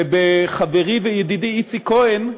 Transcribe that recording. וחברי וידידי איציק כהן,